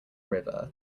river